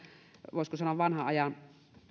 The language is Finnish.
voisiko sanoa vanhan ajan